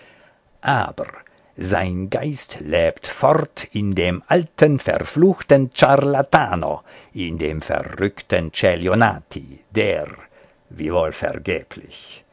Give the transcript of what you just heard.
aber sein geist lebt fort in dem alten verfluchten ciarlatano in dem verrückten celionati der wiewohl vergeblich